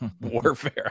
warfare